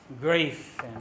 grief